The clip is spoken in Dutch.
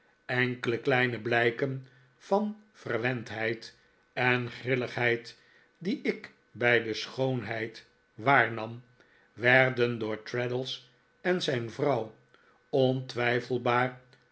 enkele kleine blijken van verwendheid en grilligheid die ik bij de schoonheid waarnam werden door traddles en zijn vrouw ontwijfelbaar